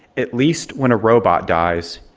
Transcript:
at least when a robot dies,